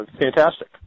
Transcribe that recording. fantastic